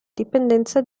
dipendenza